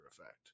effect